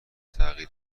تغییر